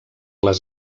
les